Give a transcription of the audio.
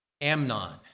Amnon